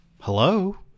hello